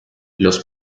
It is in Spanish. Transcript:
los